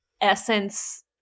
essence